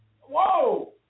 Whoa